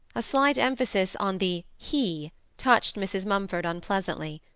a slight emphasis on the he touched mrs. mumford unpleasantly.